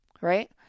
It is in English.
right